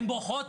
הן בוכות.